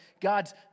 God's